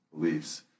beliefs